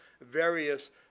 various